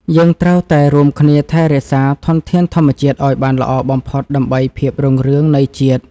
យើងត្រូវតែរួមគ្នាថែរក្សាធនធានធម្មជាតិឱ្យបានល្អបំផុតដើម្បីភាពរុងរឿងនៃជាតិ។